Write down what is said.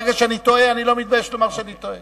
ברגע שאני טועה, אני לא מתבייש לומר שאני טועה.